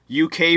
UK